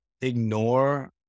ignore